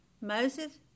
Moses